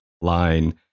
line